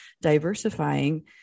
diversifying